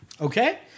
Okay